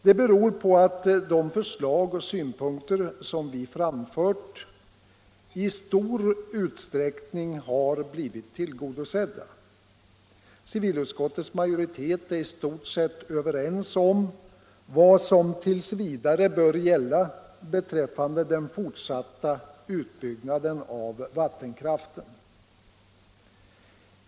Det beror på att de förslag och synpunkter som vi framfört i stor utsträckning har blivit tillgodosedda. Civilutskottets majoritet är i stort sett överens om vad som t. v. bör gälla beträffande den fortsatta utbyggnaden av vattenkraften.